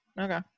okay